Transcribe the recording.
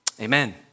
amen